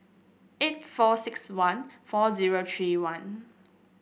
eight four six one four zero three one